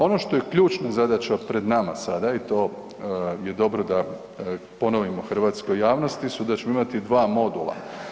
Ono što je ključna zadaća pred nama sada i to je dobro da ponovimo hrvatskoj javnosti su da ćemo imati dva modula.